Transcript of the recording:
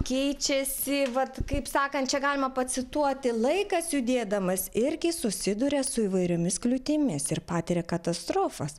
keičiasi vat kaip sakant čia galima pacituoti laikas judėdamas irgi susiduria su įvairiomis kliūtimis ir patiria katastrofas